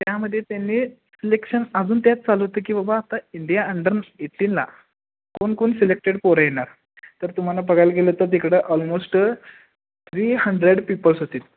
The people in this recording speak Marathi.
त्यामध्ये त्यांनी सिलेक्शन अजून त्याच चालू होतं की बबा आता इंडिया अंडर एटीनला ना कोण कोण सिलेक्टेड पोरं येणार तर तुम्हाला बघायला गेलं तर तिकडं ऑलमोस्ट थ्री हंड्रेड पीपल्स होते